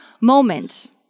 moment